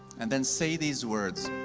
and then say these words.